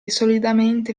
solidamente